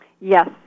Yes